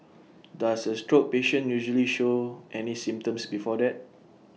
does A stroke patient usually show any symptoms before that